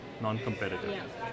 non-competitive